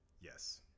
Yes